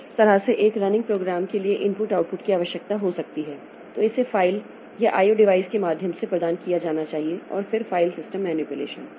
तो इस तरह से एक रनिंग प्रोग्राम के लिए इनपुट आउटपुट की आवश्यकता हो सकती है और इसे फाइल या IO डिवाइस के माध्यम से प्रदान किया जाना चाहिए फिर फाइल सिस्टम मैनिपुलेशन